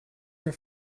your